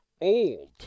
old